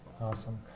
Awesome